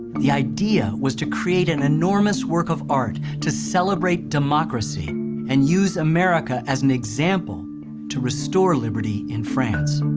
the idea was to create an enormous work of art to celebrate democracy and use america as an example to restore liberty in france.